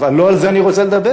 אבל לא על זה אני רוצה לדבר.